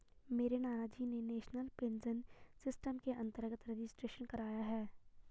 मेरे नानाजी ने नेशनल पेंशन सिस्टम के अंतर्गत रजिस्ट्रेशन कराया है